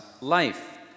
life